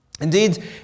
Indeed